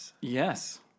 Yes